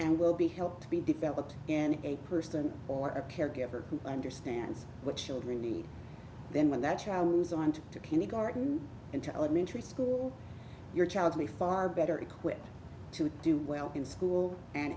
and will be helped to be developed in a person or a caregiver who understands what children need then when that child moves on to go to kindergarten into elementary school your child to be far better equipped to do well in school and